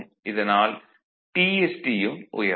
இதனால் Tst யும் உயரும்